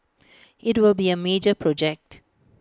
IT will be A major project